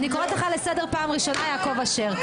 אני קוראת לך פעם ראשונה לסדר, יעקב אשר.